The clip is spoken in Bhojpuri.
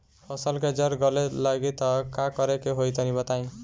फसल के जड़ गले लागि त का करेके होई तनि बताई?